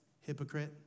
hypocrite